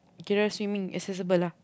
kita orang swimming is accessible lah